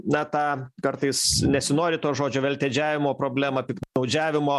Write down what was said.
na tą kartais nesinori to žodžio veltėdžiavimo problemą piktnaudžiavimo